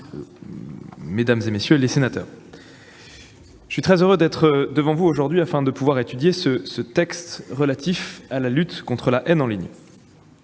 mesdames, messieurs les sénateurs, je suis très heureux d'être devant vous aujourd'hui afin de pouvoir étudier ce texte relatif à la lutte contre la haine en ligne.